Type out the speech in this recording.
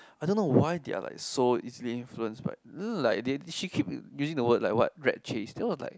I don't know why they are like so easily influenced by like they she keep using the word like what rat chase then was like